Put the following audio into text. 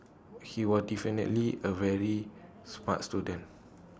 he were definitely A very smart student